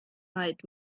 eyed